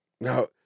No